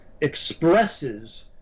expresses